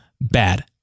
bad